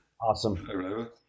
awesome